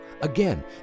Again